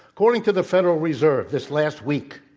according to the federal reserve this last week,